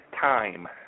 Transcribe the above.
time